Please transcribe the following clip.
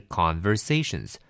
conversations